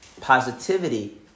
positivity